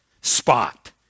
spot